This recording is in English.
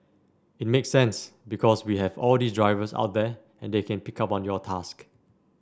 it makes sense because we have all these drivers out there and they can pick up on your task